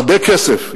הרבה כסף.